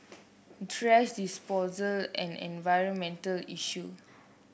thrash disposal an environmental issue